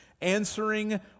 answering